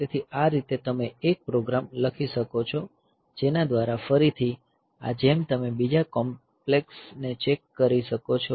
તેથી આ રીતે તમે એક પ્રોગ્રામ લખી શકો છો જેના દ્વારા ફરીથી આ જેમ તમે બીજા કોમ્પ્લેક્સ ને ચેક કરી શકો છો